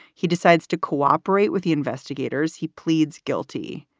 he decides to cooperate with the investigators. he pleads guilty.